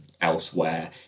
elsewhere